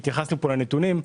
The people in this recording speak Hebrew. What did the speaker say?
התייחסנו לנתונים.